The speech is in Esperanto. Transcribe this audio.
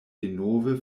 denove